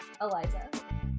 Eliza